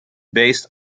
based